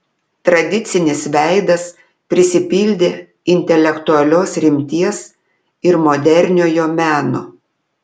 tradicinis veidas prisipildė intelektualios rimties ir moderniojo meno